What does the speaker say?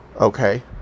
okay